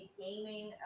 gaming